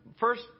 First